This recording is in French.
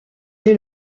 est